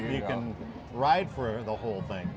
you can ride for the whole thing